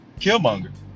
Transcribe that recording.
Killmonger